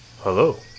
Hello